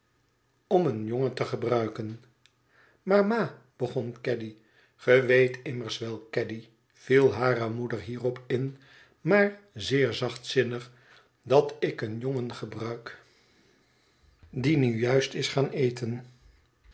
om een jongen te gebruiken maar ma begon caddy ge weet immers wel caddy viel hare moeder hierop in maar zeer zachtzinnig dat ik een jongen gebruik die nu juist is gaan eten